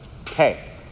Okay